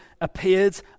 appeared